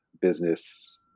business